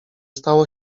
stało